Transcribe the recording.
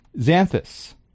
Xanthus